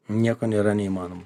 nieko nėra neįmanomo